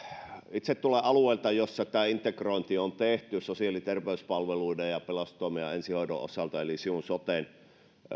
itse tulen alueelta jossa tämä integrointi on tehty sosiaali ja terveyspalveluiden ja pelastustoimen ja ensihoidon osalta eli siellä on siun sote